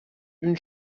une